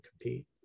compete